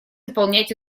выполнять